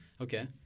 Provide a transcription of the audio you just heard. Okay